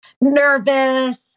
nervous